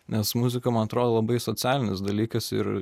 nes muzika man atrodo labai socialinis dalykas ir